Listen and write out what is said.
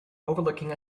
overlooking